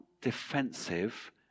defensive